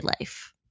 life